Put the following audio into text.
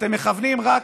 אתם מכוונים רק